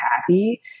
happy